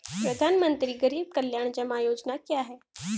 प्रधानमंत्री गरीब कल्याण जमा योजना क्या है?